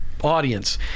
Audience